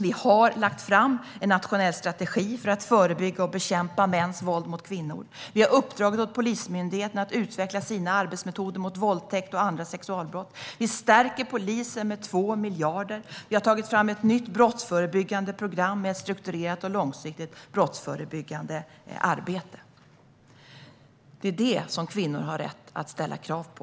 Vi har lagt fram en nationell strategi för att förebygga och bekämpa mäns våld mot kvinnor. Vi har uppdragit åt Polismyndigheten att utveckla sina arbetsmetoder mot våldtäkt och andra sexualbrott. Vi stärker polisen med 2 miljarder. Vi har tagit fram ett nytt brottsförebyggande program med ett strukturerat och långsiktigt brottsförebyggande arbete. Det är det som kvinnor har rätt att ställa krav på.